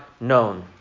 known